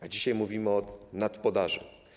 A dzisiaj mówimy o nadpodaży.